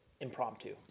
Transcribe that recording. Impromptu